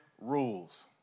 rules